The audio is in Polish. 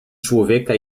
człowieka